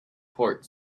port